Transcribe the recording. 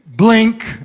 Blink